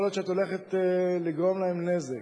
יכול להיות שאת הולכת לגרום להם נזק,